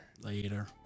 Later